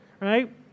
right